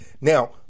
Now